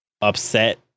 upset